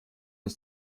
ist